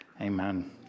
Amen